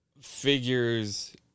figures